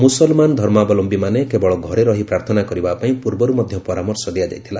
ମୁସଲ୍ମାନ ଧର୍ମାବଲମ୍ଭୀମାନେ କେବଳ ଘରେ ରହି ପ୍ରାର୍ଥନା କରିବାପାଇଁ ପୂର୍ବରୁ ମଧ୍ୟ ପରାମର୍ଶ ଦିଆଯାଇଥିଲା